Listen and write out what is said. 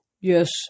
Yes